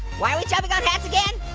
why are we jumpin' on hats again?